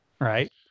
Right